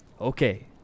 Okay